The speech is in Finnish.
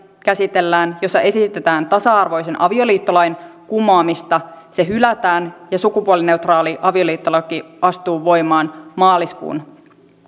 käsitellään jossa esitetään tasa arvoisen avioliittolain kumoamista hylätään ja sukupuolineutraali avioliittolaki astuu voimaan maaliskuun